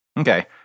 Okay